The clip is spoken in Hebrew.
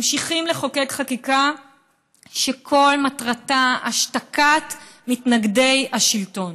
ממשיכים לחוקק חקיקה שכל מטרתה השתקת מתנגדי השלטון,